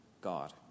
God